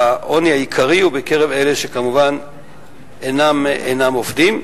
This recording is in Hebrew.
העוני העיקרי הוא בקרב אלה שכמובן אינם עובדים.